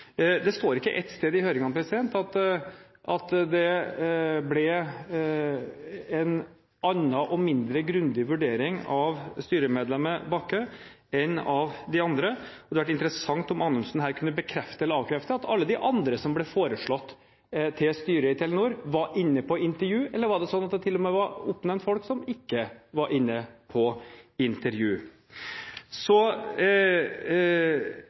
Det står ikke ett sted i innstillingen at det ble en annen og mindre grundig vurdering av styremedlemmet Bakke enn av de andre, og det hadde vært interessant om Anundsen her kunne bekrefte eller avkrefte at alle de andre som ble foreslått til styret i Telenor, var inne på intervju. Eller var det slik at det til og med var oppnevnt folk som ikke var inne på intervju?